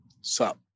Sup